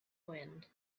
wind